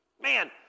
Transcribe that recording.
Man